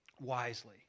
wisely